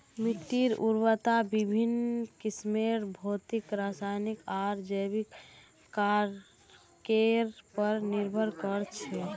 मिट्टीर उर्वरता विभिन्न किस्मेर भौतिक रासायनिक आर जैविक कारकेर पर निर्भर कर छे